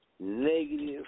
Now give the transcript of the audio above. negative